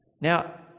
now